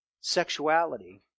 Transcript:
sexuality